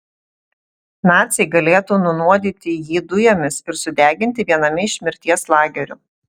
naciai galėtų nunuodyti jį dujomis ir sudeginti viename iš mirties lagerių